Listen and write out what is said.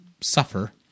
suffer